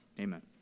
Amen